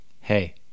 Hey